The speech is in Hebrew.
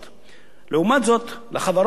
לעומת זאת, לחברות, יוק.